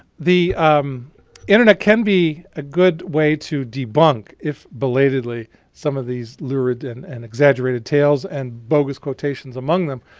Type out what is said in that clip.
the internet can be a good way to debunk if belatedly some of these lurid and and exaggerated tales and bogus quotations among them.